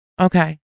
Okay